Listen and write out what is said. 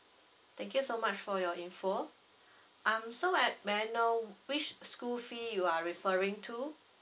thank you so much for your info um so like may I know which school fee you are referring to